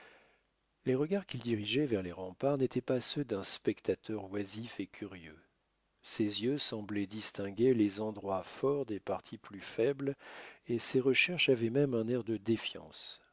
les regards qu'il dirigeait vers les remparts n'étaient pas ceux d'un spectateur oisif et curieux ses yeux semblaient distinguer les endroits forts des parties plus faibles et ses recherches avaient même un air de défiance